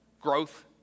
growth